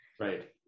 right